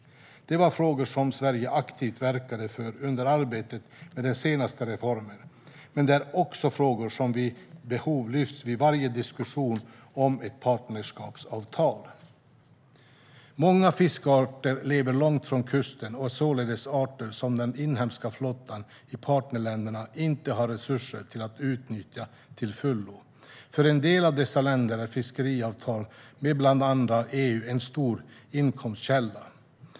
Detta var frågor som Sverige aktivt verkade för under arbetet med den senaste reformen, men det är också frågor som vid behov lyfts fram vid varje diskussion om ett partnerskapsavtal. Många fiskarter lever långt från kusten och är således arter som den inhemska flottan i partnerländerna inte har resurser att utnyttja till fullo. För en del av dessa länder är fiskeriavtal med bland andra EU en stor inkomstkälla.